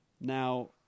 Now